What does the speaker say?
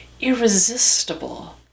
irresistible